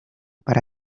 para